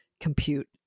compute